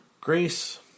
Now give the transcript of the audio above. Grace